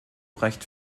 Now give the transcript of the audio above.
recht